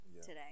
today